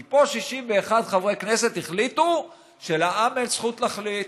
כי פה 61 חברי הכנסת החליטו שלעם אין זכות להחליט.